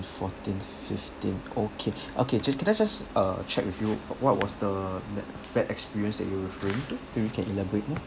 fourteen fifteen okay okay just can I just uh check with you wh~ what was the bad experience that you are referring to maybe you can elaborate more